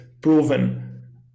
proven